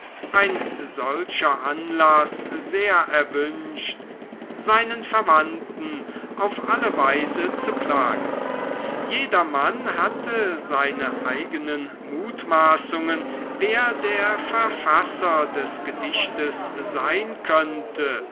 ein solcher anlaß sehr erwünscht seinen verwandten auf alle weise zu plagen jedermann hatte seine eigenen mutmaßungen wer der verfasser des gedichtes sein könnte